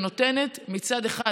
שנותנת מצד אחד